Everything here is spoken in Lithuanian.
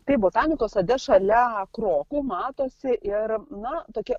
tai botanikos sode šalia krokų matosi ir na tokie